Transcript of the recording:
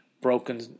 broken